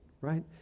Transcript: Right